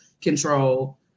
control